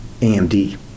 AMD